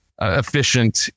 efficient